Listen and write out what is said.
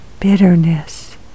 bitterness